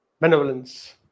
benevolence